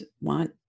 want